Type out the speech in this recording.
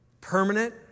permanent